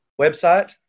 website